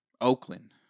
Oakland